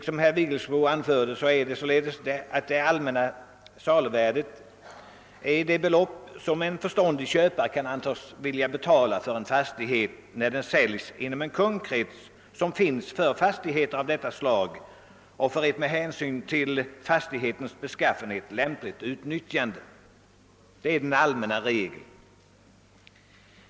Som herr Vigelsbo också anförde är det allmänna saluvärdet det belopp som en förståndig köpare kan antas vilja betala för en fastighet när den säljs inom den kundkrets som finns för fastigheter av detta slag och för ett med hänsyn till fastighetens beskaffenhet lämpligt utnyttjande. Det är den allmänna regeln.